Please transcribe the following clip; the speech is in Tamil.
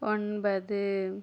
ஒன்பது